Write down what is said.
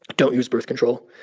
don't use birth control,